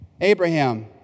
Abraham